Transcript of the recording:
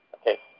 Okay